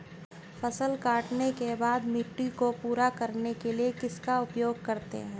फसल काटने के बाद मिट्टी को पूरा करने के लिए किसका उपयोग करते हैं?